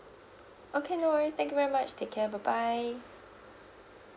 okay no worries thank you very much take care bye bye